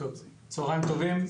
צוהריים טובים.